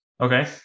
Okay